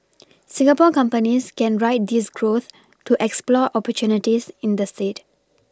Singapore companies can ride this growth to explore opportunities in the state